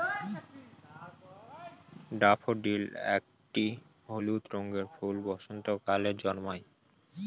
daffodil একটি হলুদ রঙের ফুল বসন্তকালে জন্মায়